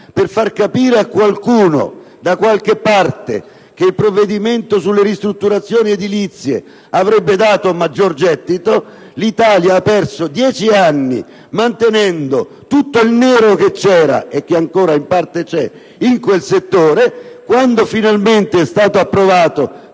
per far capire a qualcuno da qualche parte che il provvedimento sulle ristrutturazioni edilizie avrebbe prodotto un maggior gettito: l'Italia ha perso dieci anni mantenendo in quel settore tutto il nero che c'era, e che ancora in parte c'è. Quando finalmente è stato approvato